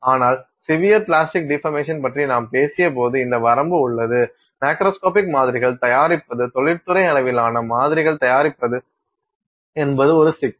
ஆனால் severe plastic deformation பற்றி நாம் பேசியபோது இந்த வரம்பு உள்ளது மேக்ரோஸ்கோபிக் மாதிரிகள் தயாரிப்பது தொழில்துறை அளவிலான மாதிரிகள் தயாரிப்பது என்பது ஒரு சிக்கல்